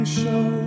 show